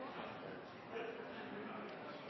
president,